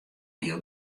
hiel